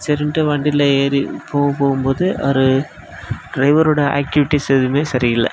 சரின்ட்டு வண்டியில ஏறி போகும்போது ஒரு ட்ரைவரோட ஆக்ட்டிவிட்டிஸ் எதுவுமே சரி இல்லை